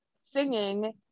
singing